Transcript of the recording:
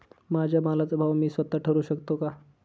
माझ्या मालाचा भाव मी स्वत: ठरवू शकते का?